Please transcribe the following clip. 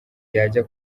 yajya